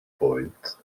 points